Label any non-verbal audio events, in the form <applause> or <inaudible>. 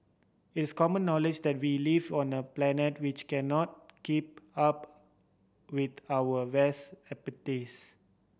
it's common knowledge that we live on a planet which cannot keep up with our vast <unintelligible>